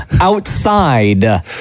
outside